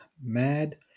Mad